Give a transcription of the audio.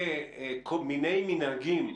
ומיני מנהגים,